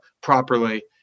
properly